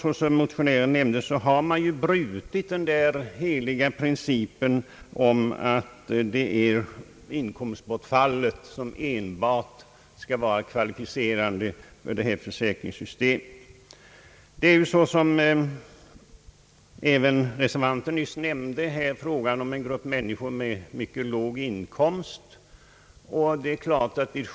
Såsom motionären nämnde har man frångått den heliga principen om att enbart inkomstbortfallet skall vara kvalificerande i detta försäkringssystem. Det är, vilket också reservanten nyss nämnde, fråga om en grupp människor med mycket låga inkomster.